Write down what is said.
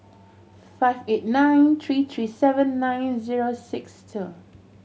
five eight nine three three seven nine zero six two